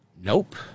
Nope